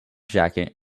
jacket